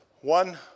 One